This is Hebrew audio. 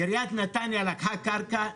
עיריית נתניה לקחה קרקע,